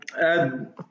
add